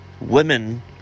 Women